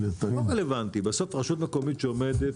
רשות מקומית שעומדת